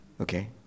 Okay